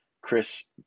Chris